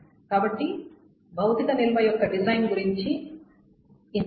కాబట్టి భౌతిక నిల్వ యొక్క డిజైన్ గురించి అంతే